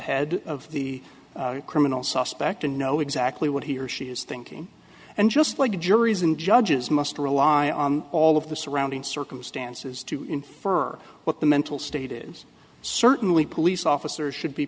head of the criminal suspect and know exactly what he or she is thinking and just like juries and judges must rely on all of the surrounding circumstances to infer what the mental state is certainly police officers should be